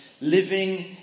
living